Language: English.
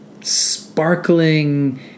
sparkling